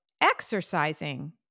exercising